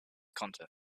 content